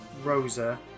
Rosa